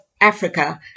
Africa